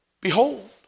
behold